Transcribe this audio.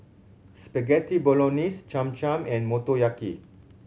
Spaghetti Bolognese Cham Cham and Motoyaki